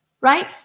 right